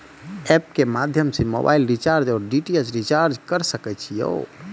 App के माध्यम से मोबाइल रिचार्ज ओर डी.टी.एच रिचार्ज करऽ सके छी यो?